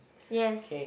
yes